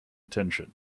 attention